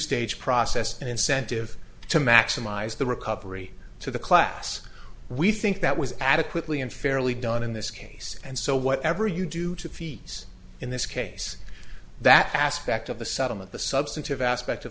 stage process an incentive to maximize the recovery to the class we think that was adequately and fairly done in this case and so whatever you do to fees in this case that aspect of the settlement the substantive aspect of